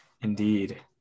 indeed